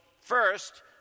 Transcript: first